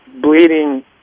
bleeding